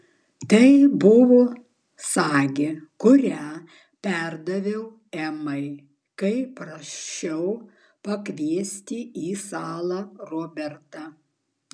tai buvo sagė kurią perdaviau emai kai prašiau pakviesti į salą robertą